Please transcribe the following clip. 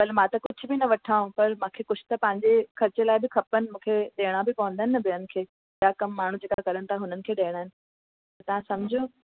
मां त कुझु बि न वठांव पर मूंखे कुझु त पंहिंजे ख़र्चे लाइ बि खपनि मूंखे ॾियणा बि पवंदा आहिनि ॿियनि खे त कम माण्हू जेका करनि था हुननि खे ॾियणा आहिनि त तव्हां समुझो